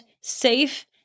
safe